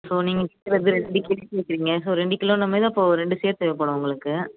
so நீங்கள் கேட்குறது ரெண்டு கிலோ கேட்குறீங்க ஸோ ரெண்டு கிலோங்கிற மாதிரின்னா இப்போது ரெண்டு சீர் தேவைப்படும் உங்களுக்கு